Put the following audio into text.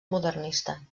modernista